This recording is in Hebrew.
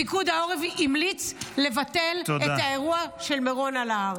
פיקוד העורף המליץ לבטל את האירוע של מירון על ההר.